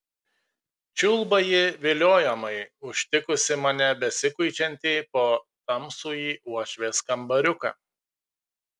čiulba ji viliojamai užtikusi mane besikuičiantį po tamsųjį uošvės kambariuką